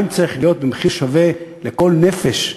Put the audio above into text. מים צריכים להיות במחיר שווה לכל נפש,